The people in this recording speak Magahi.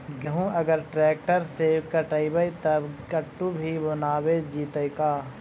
गेहूं अगर ट्रैक्टर से कटबइबै तब कटु भी बनाबे जितै का?